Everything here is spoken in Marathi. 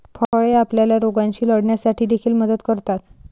फळे आपल्याला रोगांशी लढण्यासाठी देखील मदत करतात